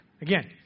Again